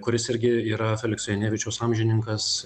kuris irgi yra felikso janevičiaus amžininkas